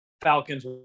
Falcons